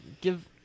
give